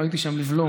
לא הייתי שם לבלום.